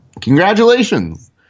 Congratulations